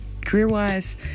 career-wise